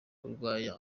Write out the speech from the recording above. arwanya